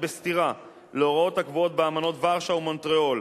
בסתירה להוראות הקבועות באמנות ורשה ומונטריאול,